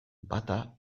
bata